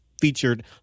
featured